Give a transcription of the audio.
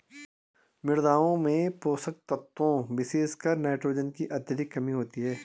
मृदाओं में पोषक तत्वों विशेषकर नाइट्रोजन की अत्यधिक कमी होती है